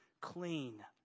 clean